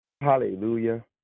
hallelujah